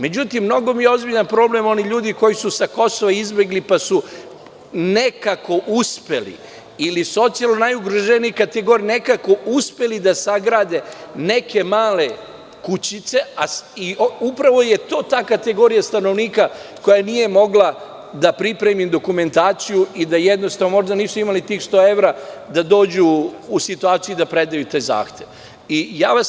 Međutim, mnogo mi je ozbiljan problem onih ljudi koji su sa Kosova izbegli, pa su nekako uspeli, ili socijalno najugroženije kategorije, nekako uspeli da sagrade neke male kuće, a upravo je to ta kategorija stanovnika koja nije mogla da pripremi dokumentaciju ili, jednostavno, nisu imali tih 100 evra da dođu u situaciju da predaju te zahteve.